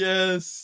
Yes